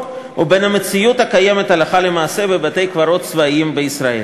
ובין המציאות הקיימת הלכה למעשה בבתי-הקברות הצבאיים בישראל.